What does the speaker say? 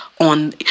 on